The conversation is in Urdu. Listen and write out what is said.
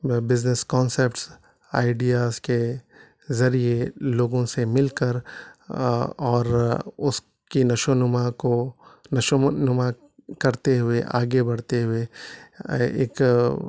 بزنس کانسپٹس آئیڈیاز کے ذریعے لوگوں سے مل كر اور اس كی نشو و نما كو نشو و نما کرتے ہوئے آگے بڑھتے ہوئے ایک